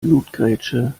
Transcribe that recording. blutgrätsche